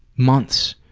months,